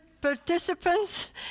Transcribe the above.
participants